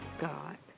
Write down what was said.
God